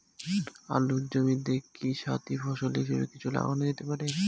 আলুর জমিতে কি সাথি ফসল হিসাবে কিছু লাগানো যেতে পারে?